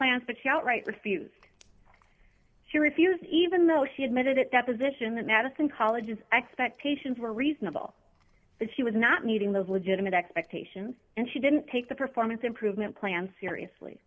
plans but she outright refused she refused even though she admitted at deposition that madison colleges expectations were reasonable that she was not meeting those legitimate expectations and she didn't take the performance improvement plan seriously